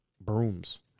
brooms